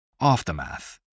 Aftermath